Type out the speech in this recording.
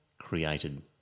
created